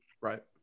Right